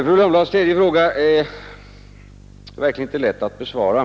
Fru Lundblads tredje fråga är verkligen inte lätt att besvara.